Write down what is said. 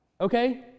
Okay